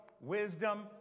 wisdom